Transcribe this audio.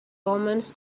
omens